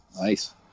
Nice